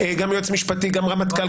גם רמטכ"ל,